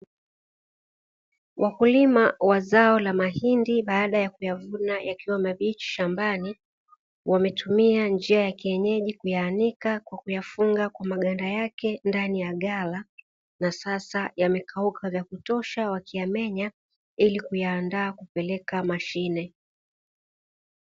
Wakulima wa zao la mahindi baada ya kuyavuna yakiwa mabichi shambani, wametumia njia ya kienyeji kuyaanika kwa kuyafunga maganda yake ndani ya ghala na sasa yamekauka vyakutosha wakiyamenya ili kuyaandaa kuyapeleka mashine.